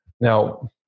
Now